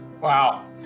Wow